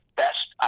best